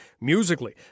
musically